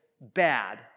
bad